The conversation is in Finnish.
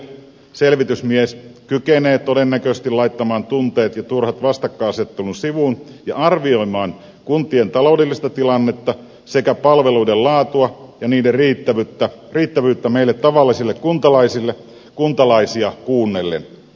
selvitysmies kykenee todennäköisesti laittamaan tunteet ja turhan vastakkaisasettelun sivuun ja arvioimaan kuntien taloudellista tilannetta sekä palveluiden laatua ja niiden riittävyyttä meille tavallisille kuntalaisille kuntalaisia kuunnellen